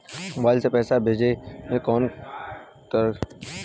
Mobile से पैसा भेजे मे कौनों खतरा भी बा का?